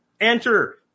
Enter